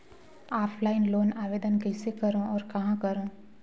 Offline loan आवेदन कइसे करो और कहाँ करो?